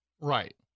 right